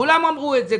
כולם אמרו את זה,